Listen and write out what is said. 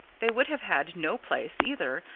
they would have had no place, either,